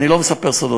אני לא מספר סודות,